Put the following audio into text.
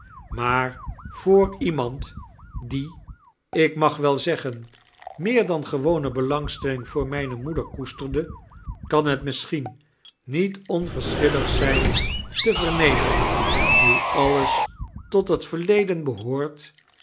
maar voor iemand die ik mag wel zeggen meer dan gewoone belangstelling voor mijne moeder koesterde kan het misschien niet onverschillig zijn te vernemen nu alles tot het verleden behoort